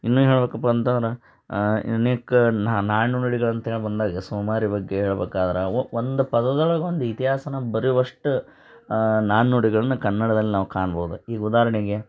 ಇನ್ನೂ ಹೇಳ್ಬೇಕಪ್ಪ ಅಂತಂದ್ರೆ ಯೂನಿಕ್ ನಾಣ್ಣುಡಿಗಳು ಅಂತೇಳಿ ಬಂದಾಗ ಸೋಮಾರಿ ಬಗ್ಗೆ ಹೇಳ್ಬೇಕಾದ್ರೆ ಅವು ಒಂದು ಪದದೊಳಗೆ ಒಂದು ಇತಿಹಾಸನ ಬರೆಯುವಷ್ಟ ನಾಣ್ಣುಡಿಗಳನ್ನ ಕನ್ನಡದಲ್ಲಿ ನಾವು ಕಾಣ್ಬೋದು ಈಗ ಉದಾಹರ್ಣೆಗೆ